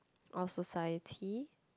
our society